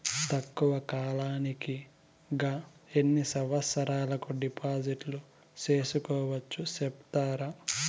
తక్కువ కాలానికి గా ఎన్ని సంవత్సరాల కు డిపాజిట్లు సేసుకోవచ్చు సెప్తారా